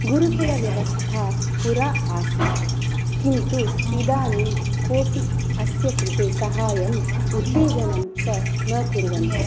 गुरुकुलव्यवस्था पुरा आसीत् किन्तु इदानीम् कोऽपि अस्य कृते साहाय्यम् उत्तेजनं च न कुर्वन्ति